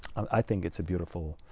and i think it's a beautiful,